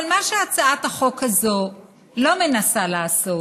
אבל מה שהצעת החוק הזאת לא מנסה לעשות,